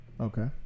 Okay